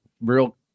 real